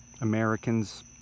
Americans